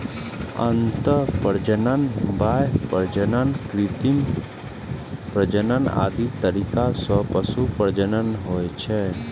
अंतः प्रजनन, बाह्य प्रजनन, कृत्रिम प्रजनन आदि तरीका सं पशु प्रजनन होइ छै